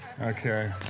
Okay